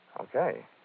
Okay